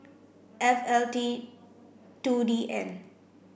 F L T two D N